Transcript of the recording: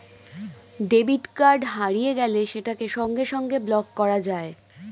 debit card হারিয়ে গেলে সেটাকে সঙ্গে সঙ্গে ব্লক করা যায়